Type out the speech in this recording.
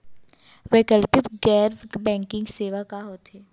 वैकल्पिक गैर बैंकिंग सेवा का होथे?